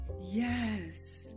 Yes